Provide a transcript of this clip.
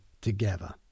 together